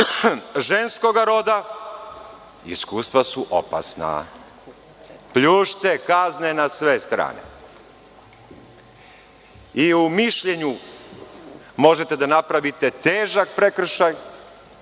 ženskoga roda, iskustva su opasna, pljušte kazne na sve strane. I u mišljenju možete da napravite težak prekršaj,